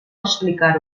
explicar